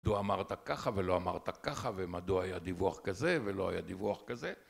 מדוע אמרת ככה ולא אמרת ככה, ומדוע היה דיווח כזה ולא היה דיווח כזה